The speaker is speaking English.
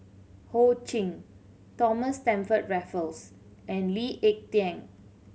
Ho Ching Thomas Stamford Raffles and Lee Ek Tieng